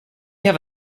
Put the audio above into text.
have